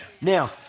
Now